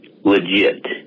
legit